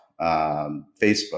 Facebook